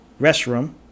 restroom